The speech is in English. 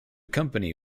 company